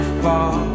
fall